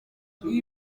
iyi